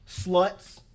sluts